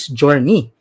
journey